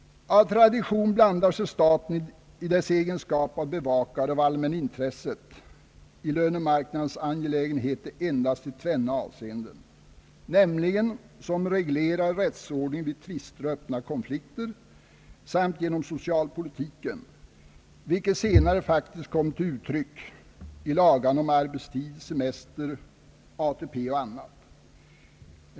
Av tradition blandar sig staten i dess egenskap av bevakare av allmänintresset i lönemarknadens angelägenheter endast i tvenne avseenden, nämligen som reglerare av rättsordningen vid tvister och öppna konflikter samt genom socialpolitiken, vilket senare faktiskt kommit till uttryck i lagarna om arbetstid, semester, ATP och annat.